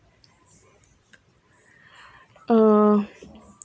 uh